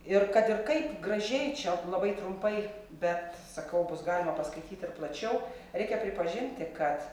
ir kad ir kaip gražiai čia labai trumpai bet sakau bus galima paskaityt ir plačiau reikia pripažinti kad